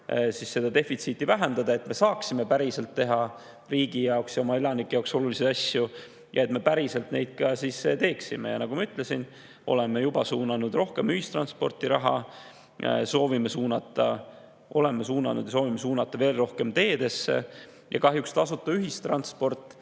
riigieelarve defitsiiti vähendada, et me saaksime päriselt teha riigi ja oma elanike jaoks olulisi asju ja et me päriselt neid ka siis teeksime. Ja nagu ma ütlesin, et oleme juba suunanud rohkem raha ühistransporti, oleme suunanud ja soovime suunata veel rohkem teedesse. Kahjuks ei ole tasuta ühistransport